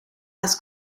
las